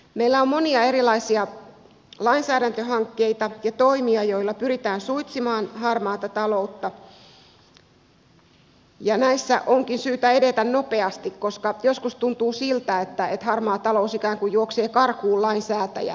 meillä on monia erilaisia lainsäädäntöhankkeita ja toimia joilla pyritään suitsimaan harmaata taloutta ja näissä onkin syytä edetä nopeasti koska joskus tuntuu siltä että harmaa talous ikään kuin juoksee karkuun lainsäätäjää